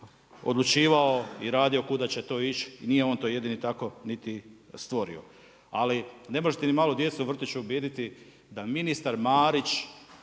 odlučivao i radio kuda će to ići i nije on to jedini tako niti stvorio. Ali ne možete ni malu djecu u vrtiću ubijediti da ministar Marić,